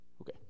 Okay